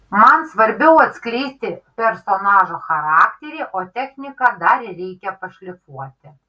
man svarbiau atskleisti personažo charakterį o techniką dar reikia pašlifuoti